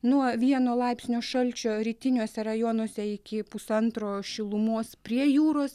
nuo vieno laipsnio šalčio rytiniuose rajonuose iki pusantro šilumos prie jūros